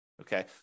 Okay